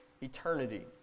eternity